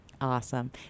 Awesome